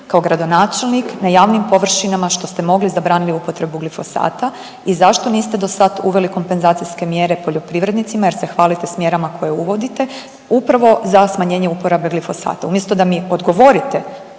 kao gradonačelnik na javnim površinama što ste mogli zabranili upotrebu glifosata i zašto niste do sad uveli kompenzacijske mjere poljoprivrednicima jer se hvalite s mjerama koje uvodite, upravo za smanjenje uporabe glifosata? Umjesto da mi odgovorite